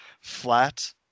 flat